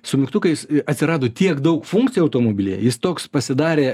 su mygtukais atsirado tiek daug funkcijų automobilyje jis toks pasidarė